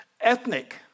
ethnic